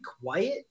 quiet